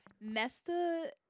Nesta